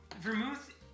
vermouth